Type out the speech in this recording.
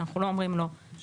שאנחנו לא אומרים לו מי,